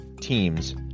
teams